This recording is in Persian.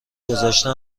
گذشته